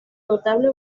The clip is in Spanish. notable